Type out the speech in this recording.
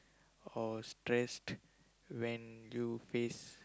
or stressed when you face